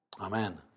Amen